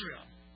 Israel